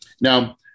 Now